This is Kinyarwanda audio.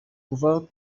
kuva